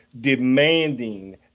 demanding